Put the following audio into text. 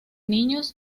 niños